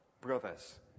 brothers